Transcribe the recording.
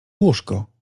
łóżko